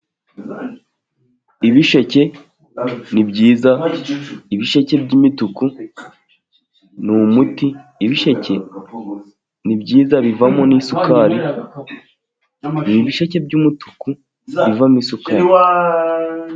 Ibisheke ni byiza. Ibisheke by'imituku ni umuti, ibisheke ni byiza bivamo n'isukari, ni ibisheke by'umutuku bivamo isukari.